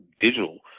digital